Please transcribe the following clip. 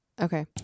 Okay